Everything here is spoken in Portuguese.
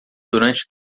durante